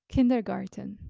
Kindergarten